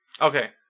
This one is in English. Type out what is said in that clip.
Okay